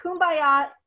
kumbaya